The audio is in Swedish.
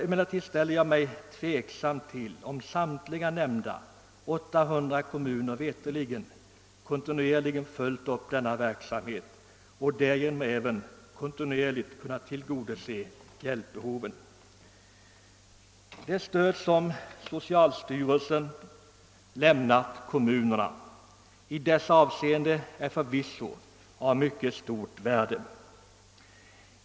Emellertid ställer jag mig tveksam till om samtliga nämnda 800 kommuner verkligen kontinuerligt följt upp denna verksamhet och därigenom även kontinuerligt kunnat tillgodose hjälpbehovet. Det stöd som socialstyrelsen lämnat kommunerna i detta avseende är förvisso av mycket stort värde.